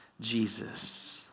Jesus